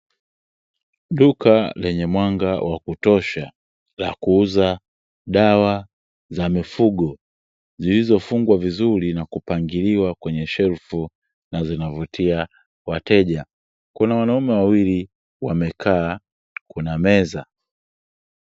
Duka lenye mwanga wa kutosha la kuuza dawa za mifugo zilizofungwa vizuri na kupangiliwa kwenye shelfu na zinavutia wateja. Kuna wanaume wawili wamekaa kuna meza.